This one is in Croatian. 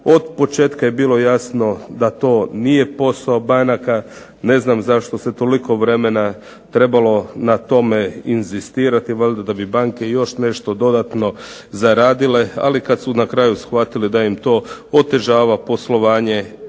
Od početka je bilo jasno da to nije posao banaka. Ne znam zašto se toliko vremena trebalo na tome inzistirati. Valjda da bi banke još nešto dodatno zaradile. Ali kad su na kraju shvatili da im to otežava poslovanje